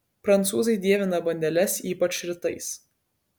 prancūzai dievina bandeles ypač rytais